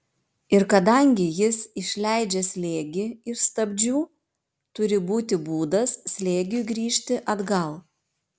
ir kadangi jis išleidžia slėgį iš stabdžių turi būti būdas slėgiui grįžti atgal